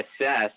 assess